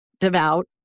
devout